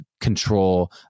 control